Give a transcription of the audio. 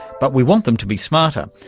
but we want them to be smarter,